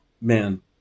man